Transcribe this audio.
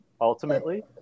ultimately